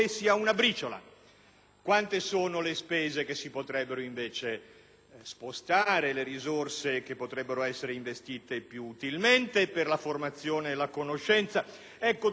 Quante sono, invece, le spese che si potrebbero spostare, le risorse che potrebbero essere investite più utilmente per la formazione e la conoscenza!